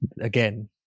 again